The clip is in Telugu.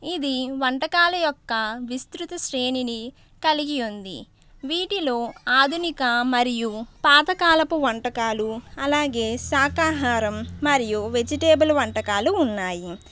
ఇది వంటకాల యొక్క విస్తృతశ్రేణిని కలిగి ఉంది వీటిలో ఆధునిక మరియు పాతకాలపు వంటకాలు అలాగే శాఖాహారం మరియు వెజిటేబుల్ వంటకాలు ఉన్నాయి